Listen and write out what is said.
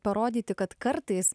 parodyti kad kartais